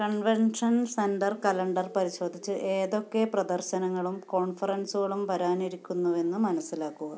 convention centre calendar പരിശോധിച്ച് ഏതൊക്കെ പ്രദർശനങ്ങളും കോൺഫറൻസുകളും വരാനിരിക്കുന്നുവെന്ന് മനസിലാക്കൂ